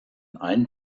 ein